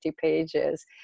pages